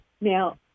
Now